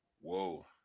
Whoa